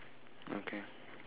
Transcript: okay